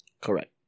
Correct